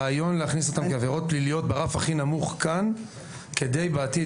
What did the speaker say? הרעיון להכניס אותן כעבירות פליליות ברף הכי נמוך כאן כדי שבעתיד,